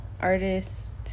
artist